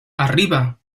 arriba